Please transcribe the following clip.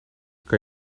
kan